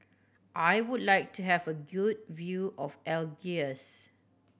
I would like to have a good view of Algiers